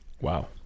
Wow